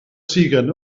siguen